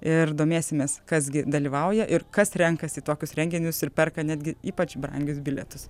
ir domėsimės kas gi dalyvauja ir kas renkasi į tokius renginius ir perka netgi ypač brangius bilietus